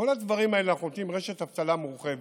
בכל הדברים האלה אנחנו נותנים רשת אבטלה מורחבת.